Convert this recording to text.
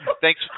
Thanks